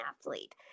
athlete